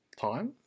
time